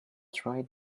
tried